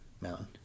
Mountain